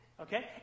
Okay